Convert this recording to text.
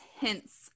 hints